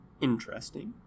interesting